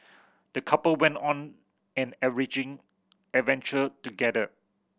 the couple went on an enriching adventure together